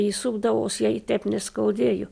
ji supdavosi jai taip neskaudėjo